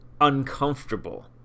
uncomfortable